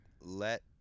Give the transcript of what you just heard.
let